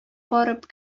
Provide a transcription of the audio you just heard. барып